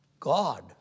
God